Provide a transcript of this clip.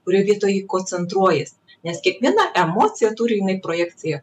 kurioj vietoj ji koncentruojas nes kiekviena emocija turi jinai projekciją